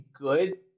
good